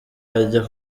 ajya